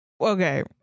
Okay